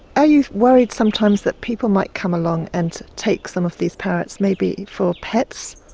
are you worried sometimes that people might come along and take some of these parrots maybe for pets?